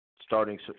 Starting